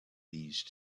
these